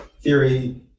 theory